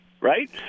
right